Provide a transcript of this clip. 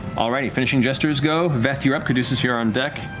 all righty, finishing jester's go. veth, you're up. caduceus, you're on deck.